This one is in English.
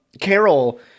Carol